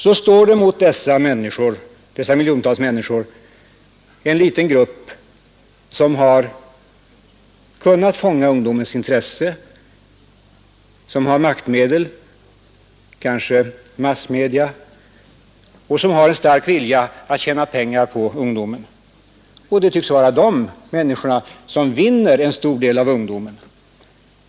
Men mot dessa miljontals människor står en liten grupp som har kunnat fånga ungdomens intresse, som har maktmedel — kanske massmedia — och som har en stark vilja att tjäna pengar på ungdomar. De människorna tycks vinna en stor del av ungdomen. Det är ju inte riktig demokrati!